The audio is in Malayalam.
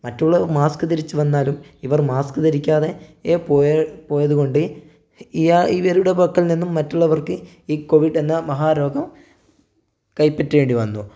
മറ്റുള്ളവർ മാസ്ക്ക് ധരിച്ച് വന്നാലും ഇവർ മാസ്ക്ക് ധരിക്കാതെ പോയത് കൊണ്ട് ഇവരുടെ പക്കൽ നിന്നും മറ്റുള്ളവർക്ക് ഈ കോവിഡ് എന്ന മഹാരോഗം കൈപ്പറ്റേണ്ടി വന്നു